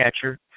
catcher